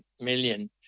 million